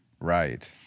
Right